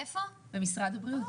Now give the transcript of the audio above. אוקי.